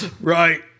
Right